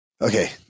Okay